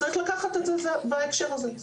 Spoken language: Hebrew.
צריך לקחת את זה בהקשר הזה.